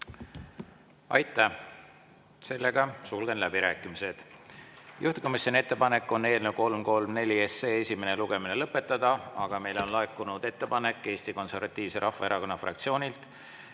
Aitäh! Aitäh! Sulgen läbirääkimised. Juhtivkomisjoni ettepanek on eelnõu 334 esimene lugemine lõpetada, aga meile on laekunud ettepanek Eesti Konservatiivse Rahvaerakonna fraktsioonilt